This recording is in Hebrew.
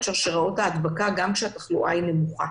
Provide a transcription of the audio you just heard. שרשראות ההדבקה גם כשהתחלואה היא נמוכה.